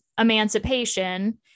emancipation